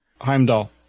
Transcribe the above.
Heimdall